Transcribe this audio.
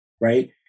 Right